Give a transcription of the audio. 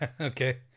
Okay